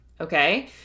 Okay